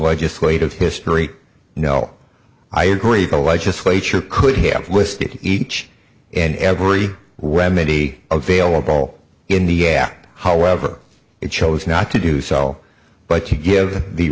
legislative history no i agree the legislature could have listed each and every remedy available in the app however it chose not to do sell but to give the